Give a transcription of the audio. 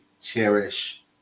cherish